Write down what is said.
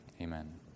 Amen